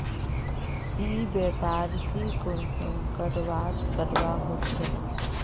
ई व्यापार की कुंसम करवार करवा होचे?